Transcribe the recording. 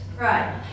Right